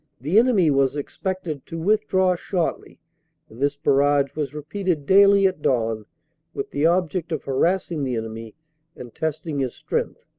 the enemy was expected to withdraw shortly, and this barrage was repeated daily at dawn with the object of harass ing the enemy and testing his strength.